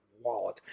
wallet